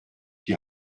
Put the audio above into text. die